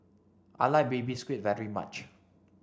I like baby squid very much